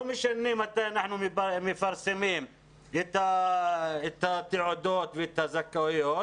לא משנה מתי אנחנו מפרסמים את התעודות ואת הזכאויות